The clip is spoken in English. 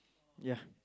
ya